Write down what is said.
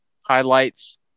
highlights